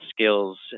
skills